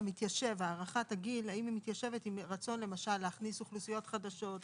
הארכת הגיל מתיישבת עם רצון למשל להכניס אוכלוסיות חדשות,